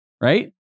Right